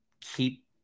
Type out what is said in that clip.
Keep